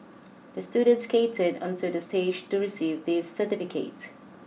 the student skated onto the stage to receive this certificate